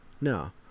No